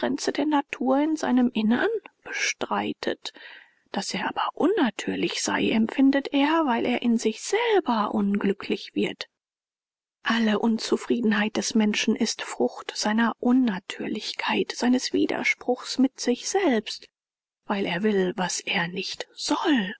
der natur in seinem innern bestreitet daß er aber unnatürlich sei empfindet er weil er in sich selber unglücklicher wird alle unzufriedenheit des menschen ist frucht seiner unnatürlichkeit seines widerspruchs mit sich selbst weil er will was er nicht soll